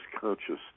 consciousness